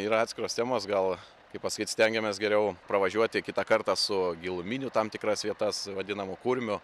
yra atskiros temos gal kaip pasakyt stengiamės geriau pravažiuoti kitą kartą su giluminiu tam tikras vietas vadinamu kurmiu